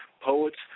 poets